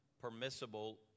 permissible